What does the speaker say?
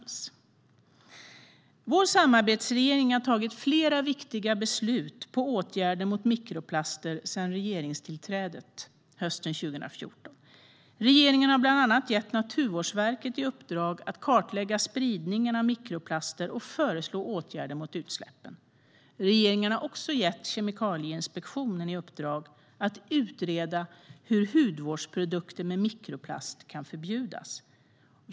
Vår samarbetsregering har tagit flera viktiga beslut om åtgärder mot mikroplaster sedan regeringstillträdet hösten 2014. Regeringen har bland annat gett Naturvårdsverket i uppdrag att kartlägga spridningen av mikroplaster och föreslå åtgärder mot utsläppen. Regeringen har också gett Kemikalieinspektionen i uppdrag att utreda hur hudvårdsprodukter med mikroplast kan förbjudas.